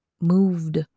moved